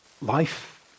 life